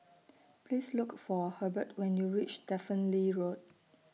Please Look For Hebert when YOU REACH Stephen Lee Road